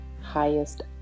highest